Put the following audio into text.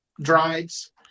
drives